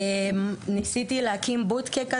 ניסיתי להקים מין בוטקה,